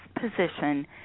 position